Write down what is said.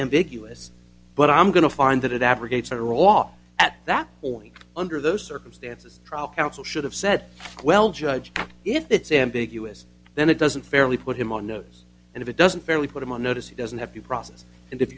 ambiguous but i'm going to find that it abrogates are all at that point under those circumstances trial counsel should have said well judge if it's ambiguous then it doesn't fairly put him on notice and if it doesn't fairly put him on notice he doesn't have to process and if